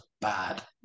bad